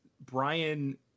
Brian –